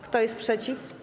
Kto jest przeciw?